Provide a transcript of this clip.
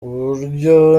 uburyo